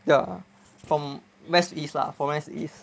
ya from west to east lah west to east